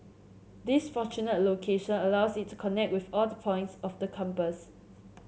this fortunate location allows it to connect with all the points of the compass